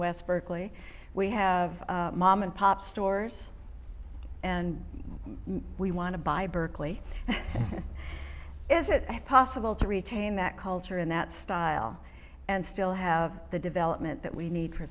west berkeley we have mom and pop stores and we want to buy berkeley is it possible to retain that culture in that style and still have the development that we need for